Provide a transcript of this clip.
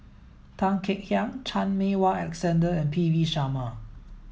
Tan Kek Hiang Chan Meng Wah Alexander and P V Sharma